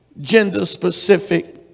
gender-specific